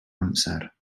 amser